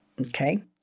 Okay